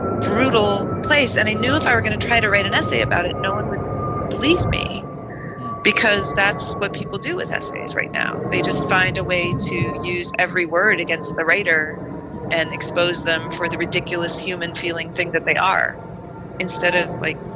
brutal place. and i knew if i were going to try to write an essay about it, no one would believe me because that's what people do with essays right now. they just find a way to use every word against the writer and expose them for the ridiculous human feelings thing that they are instead of like,